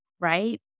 right